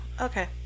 Okay